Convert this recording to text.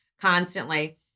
constantly